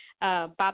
Bob